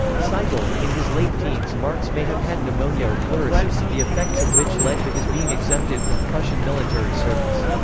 seigel, in his late teens marx may have had pneumonia or pleurisy, the effects of which led to his being exempted from prussian military service.